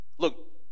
Look